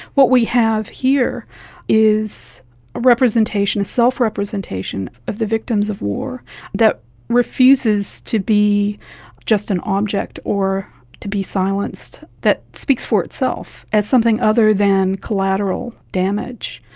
what we have here is a representation, a self-representation of the victims of war that refuses to be just an object or to be silenced, that speaks for itself as something other than collateral damage.